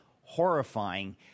horrifying